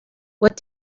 what